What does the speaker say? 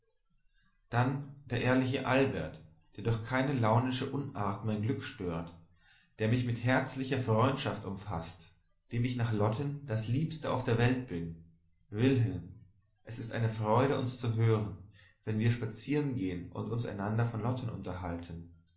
dann der ehrliche albert der durch keine launische unart mein glück stört der mich mit herzlicher freundschaft umfaßt dem ich nach lotten das liebste auf der welt bin wilhelm es ist eine freude uns zu hören wenn wir spazierengehen und uns einander von lotten unterhalten